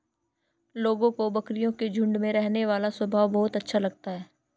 लोगों को बकरियों का झुंड में रहने वाला स्वभाव बहुत अच्छा लगता है